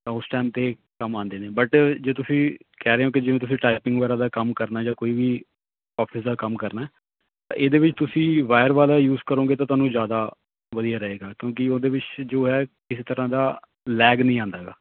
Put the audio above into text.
ਤਾਂ ਉਸ ਟਾਈਮ 'ਤੇ ਕੰਮ ਆਉਂਦੇ ਨੇ ਬਟ ਜੇ ਤੁਸੀਂ ਕਹਿ ਰਹੇ ਹੋ ਕਿ ਜਿਵੇਂ ਤੁਸੀਂ ਟਾਈਪਿੰਗ ਵਗੈਰਾ ਦਾ ਕੰਮ ਕਰਨਾ ਜਾਂ ਕੋਈ ਵੀ ਆਫਿਸ ਦਾ ਕੰਮ ਕਰਨਾ ਤਾਂ ਇਹਦੇ ਵਿੱਚ ਤੁਸੀਂ ਵਾਇਰ ਵਾਲਾ ਯੂਜ ਕਰੋਂਗੇ ਤਾਂ ਤੁਹਾਨੂੰ ਜ਼ਿਆਦਾ ਵਧੀਆ ਰਹੇਗਾ ਕਿਉਂਕਿ ਉਹਦੇ ਵਿੱਚ ਜੋ ਹੈ ਕਿਸ ਤਰ੍ਹਾਂ ਦਾ ਲੈਗ ਨਹੀਂ ਆਉਂਦਾ ਹੈਗਾ